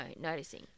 noticing